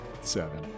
seven